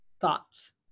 thoughts